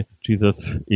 Jesus